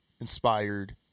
inspired